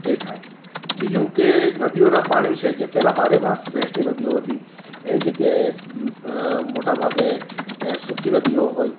એ થાય બીજું કે નદીઓના પાણી છે કે જે પેહલાં બારેમાસ વેહતી નદીઓ હતી એની જગ્યાએ મોટા ભાગે સૂકી નદીઓ હોય